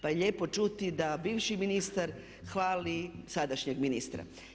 Pa je lijepo čuti da bivši ministar hvali sadašnjeg ministra.